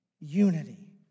unity